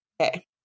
okay